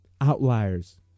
Outliers